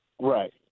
Right